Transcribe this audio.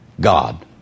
God